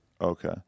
Okay